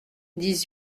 dix